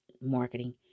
marketing